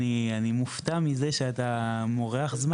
אני מופתע מזה שאתה מורח זמן.